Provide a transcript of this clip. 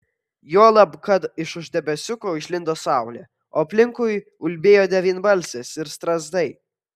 juolab kad iš už debesiuko išlindo saulė o aplinkui ulbėjo devynbalsės ir strazdai